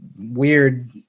weird